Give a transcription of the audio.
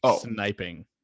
sniping